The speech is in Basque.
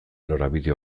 norabide